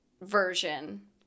version